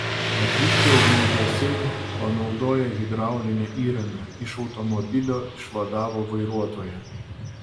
atvykę ugniagesiai panaudoję hidraulinę įrangą iš automobilio išvadavo vairuotoją